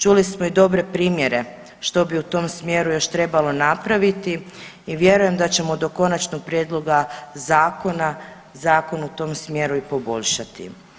Čuli smo i dobre primjere što bi u tom smjeru još trebalo napraviti i vjerujem da ćemo do konačnog prijedloga zakona zakon u tom smjeru i poboljšati.